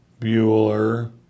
Bueller